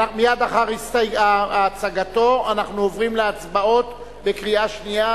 מייד לאחר הצגתו אנחנו עוברים להצבעות בקריאה שנייה,